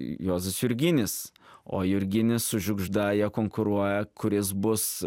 juozas jurginis o jurginis su žiugžda jie konkuruoja kuris bus